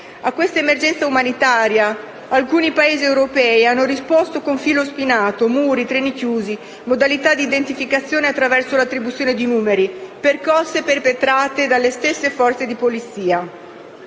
A questa emergenza umanitaria alcuni Paesi europei hanno risposto con filo spinato, muri, treni chiusi, modalità di identificazione attraverso l'attribuzione di numeri, percosse perpetrate dalle stesse forze di polizia.